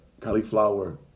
Cauliflower